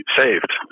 saved